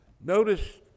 notice